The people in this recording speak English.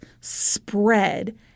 spread